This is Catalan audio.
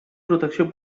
protecció